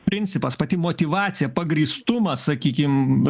principas pati motyvacija pagrįstumas sakykim